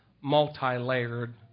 multi-layered